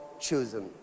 chosen